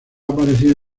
aparecido